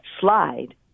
slide